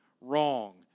wrong